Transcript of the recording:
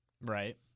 Right